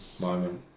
moment